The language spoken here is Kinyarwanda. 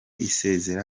isezera